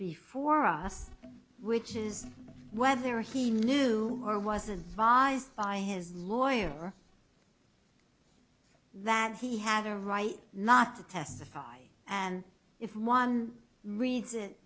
before us which is whether he knew or wasn't vies by his lawyer that he had a right not to testify and if one reads it